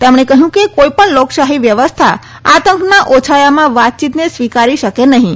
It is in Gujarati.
તેમણે કહ્યું કે કોઈપણ લોકશાહી વ્યવસ્થા આતંકના ઓછાયામાં વાતયીતને સ્વીકારી શકે નહીં